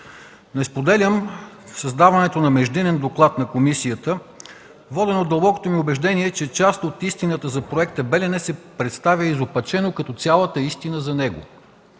Не споделям създаването на междинен доклад на комисията, воден от дълбокото ми убеждение, че част от истината за проекта „Белене” се представя изопачено като цялата истина за него.